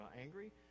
angry